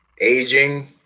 aging